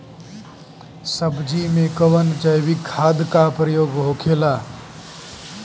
सब्जी में कवन जैविक खाद का प्रयोग होखेला?